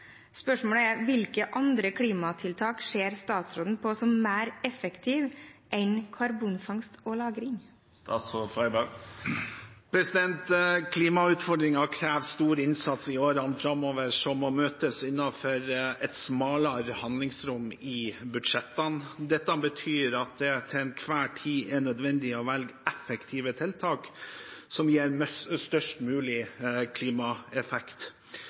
Hvilke andre klimatiltak ser statsråden på som mer effektive enn karbonfangst og -lagring?» Klimautfordringene krever stor innsats i årene framover og må møtes innenfor et smalere handlingsrom i budsjettene. Dette betyr at det til enhver tid er nødvendig å velge effektive tiltak som gir størst mulig klimaeffekt.